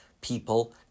people